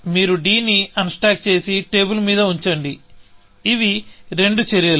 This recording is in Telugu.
మీరు d ని అన్స్టాక్ చేసి టేబుల్ మీద ఉంచండి ఇవి రెండు చర్యలు